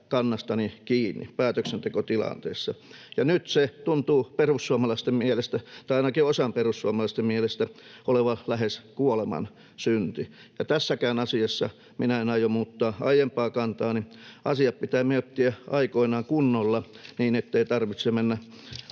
kannastani kiinni päätöksentekotilanteessa. Nyt se tuntuu perussuomalaisten mielestä — tai ainakin perussuomalaisista osan mielestä — olevan lähes kuolemansynti. Tässäkään asiassa minä en aio muuttaa aiempaa kantaani. Asiat pitää miettiä aikoinaan kunnolla, niin ettei tarvitse mennä